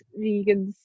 vegans